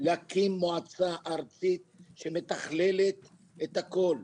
להקים מועצה ארצית שמתכללת את הכל.